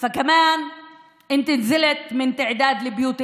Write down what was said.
ולא משנה אם הוא ערבי או יהודי.)